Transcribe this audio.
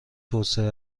توسعه